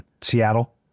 Seattle